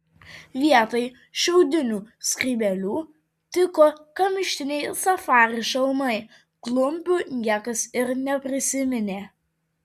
vietoj šiaudinių skrybėlių tiko kamštiniai safari šalmai klumpių niekas ir neprisiminė